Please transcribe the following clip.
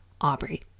Aubrey